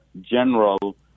general